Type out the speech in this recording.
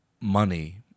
money